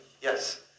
yes